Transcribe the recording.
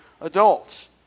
adults